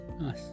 Nice